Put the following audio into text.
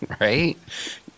Right